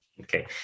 Okay